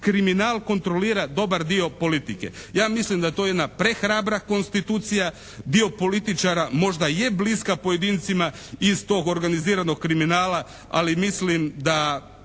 kriminal kontrolira dobar dio politike. Ja mislim da je to jedna prehrabra konstitucija. Dio političara možda je bliska pojedincima iz tog organiziranog kriminala, ali mislim da